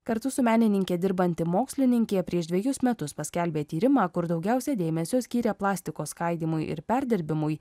kartu su menininke dirbanti mokslininkė prieš dvejus metus paskelbė tyrimą kur daugiausia dėmesio skyrė plastiko skaidymui ir perdirbimui